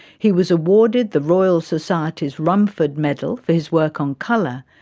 he was awarded the royal society's rumford medal for his work on colour,